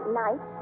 night